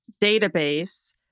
database